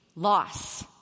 Loss